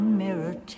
mirror